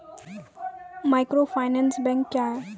Microfinance bank क्या हैं?